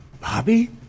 Bobby